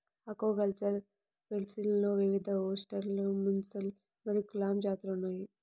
aquacultured షెల్ఫిష్లో వివిధఓస్టెర్, mussel మరియు క్లామ్ జాతులు ఉన్నాయి